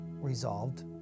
resolved